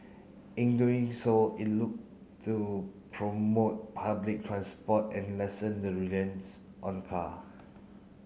in doing so it look to promote public transport and lessen the reliance on car